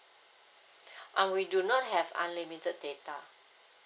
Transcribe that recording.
um we do not have unlimited data